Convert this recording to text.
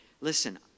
listen